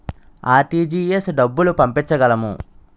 RTGS డబ్బులు పంపించగలము?